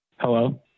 Hello